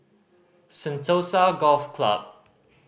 Sentosa Golf Club